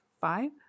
five